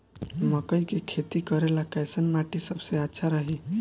मकई के खेती करेला कैसन माटी सबसे अच्छा रही?